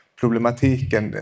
problematiken